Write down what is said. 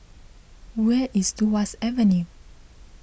where is Tuas Avenue